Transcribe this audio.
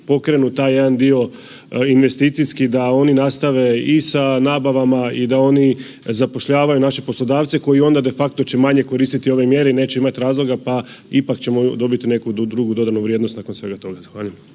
pokrenu taj jedan dio investicijski, da oni nastave i sa nabavama i da oni zapošljavaju naše poslodavce koji onda de facto će manje koristiti ove mjere i neće imati razloga pa ipak ćemo dobiti neku drugu dodanu vrijednost nakon svega toga. Zahvaljujem.